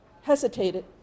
hesitated